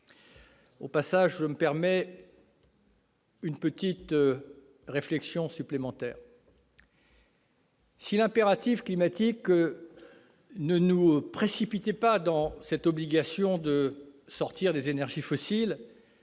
au passage une petite réflexion supplémentaire. Si l'impératif climatique ne nous précipitait pas dès maintenant dans l'obligation de sortir des énergies fossiles,